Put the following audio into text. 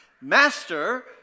Master